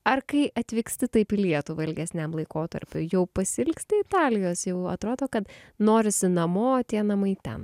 ar kai atvyksti taip į lietuvą ilgesniam laikotarpiui jau pasiilgsti italijos jau atrodo kad norisi namo tie namai ten